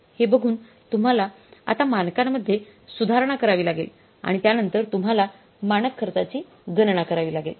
आता हे बघून तुम्हाला आता मानकांमध्ये सुधारणा करावी लागेल आणि त्यानंतर तुम्हाला मानक खर्चाची गणना करावी लागेल